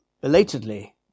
belatedly